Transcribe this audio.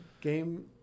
game